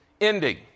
ending